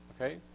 okay